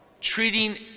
Treating